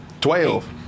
Twelve